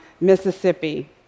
Mississippi